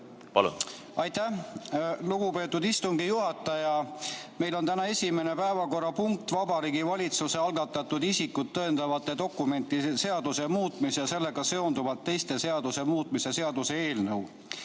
Palun! Aitäh, lugupeetud istungi juhataja! Meil on täna esimene päevakorrapunkt Vabariigi Valitsuse algatatud isikut tõendavate dokumentide seaduse muutmise ja sellega seonduvalt teiste seaduste muutmise seaduse eelnõu